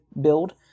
build